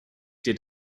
did